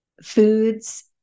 foods